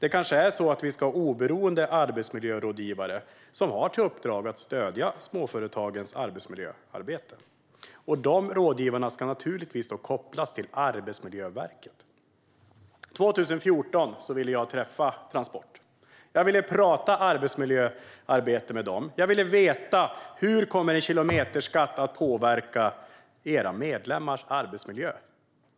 Vi kanske ska ha oberoende arbetsmiljörådgivare som har till uppdrag att stödja småföretagens arbetsmiljöarbete. Dessa rådgivare ska givetvis kopplas till Arbetsmiljöverket. År 2014 ville jag träffa Transport och prata arbetsmiljöarbete. Jag ville veta hur en kilometerskatt skulle påverka deras medlemmars arbetsmiljö.